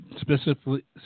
Specifically